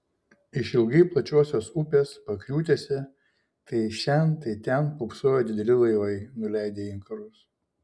išilgai plačiosios upės pakriūtėse tai šen tai ten pūpsojo dideli laivai nuleidę inkarus